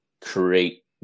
create